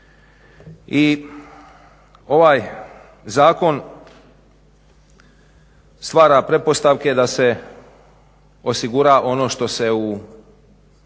i ovaj zakon stvara pretpostavke da se osigura ono što se u